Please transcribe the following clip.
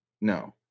No